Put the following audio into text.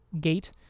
gate